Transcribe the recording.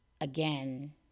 again